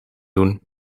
doen